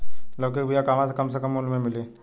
लौकी के बिया कहवा से कम से कम मूल्य मे मिली?